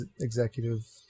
executive